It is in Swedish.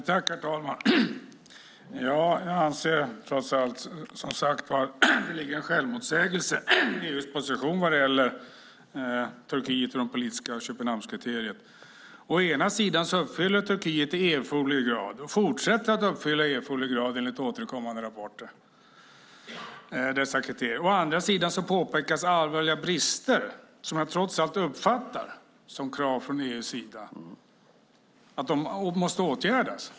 Herr talman! Jag anser trots allt, som sagt, att det ligger en självmotsägelse i EU:s position vad gäller Turkiet och de politiska Köpenhamnskriterierna. Å ena sidan uppfyller Turkiet i erforderlig grad dessa kriterier, och man fortsätter att uppfylla dem i erforderlig grad, enligt återkommande rapporter. Å andra sidan påpekas allvarliga brister, och jag uppfattar det trots allt som ett krav från EU:s sida att de måste åtgärdas.